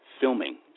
filming